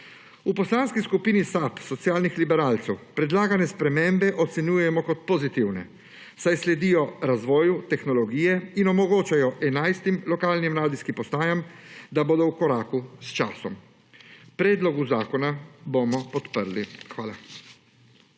V Poslanski skupini SAB, socialnih liberalcev, predlagane spremembe ocenjujemo kot pozitivne, saj sledijo razvoju tehnologije in omogočajo 11 lokalnim radijskim postajam, da bodo v koraku s časom. Predlog zakona bomo podprli. Hvala.